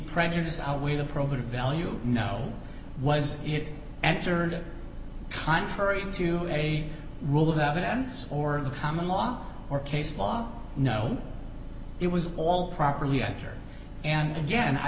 prejudice outweigh the program value no was it answered contrary to a rule that in essence or the common law or case law no it was all properly actor and again i